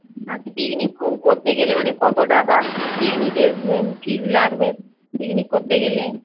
আর picnic করতে গেলে মানে কত টাকা পিকনিকের ফিজ লাগবে পিকনিক করতে গেলে